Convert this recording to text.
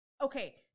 Okay